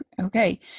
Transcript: Okay